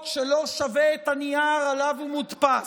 שלא שווה את הנייר שעליו הוא מודפס.